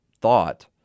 thought